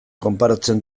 konparatzen